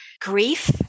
grief